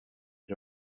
had